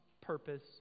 purpose